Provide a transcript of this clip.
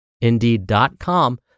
indeed.com